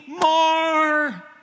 more